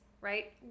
right